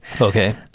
okay